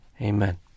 Amen